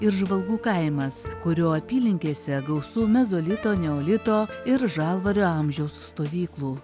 ir žvalgų kaimas kurio apylinkėse gausu mezolito neolito ir žalvario amžiaus stovyklų